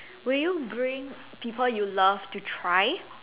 will you bring people you love to try